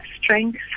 strength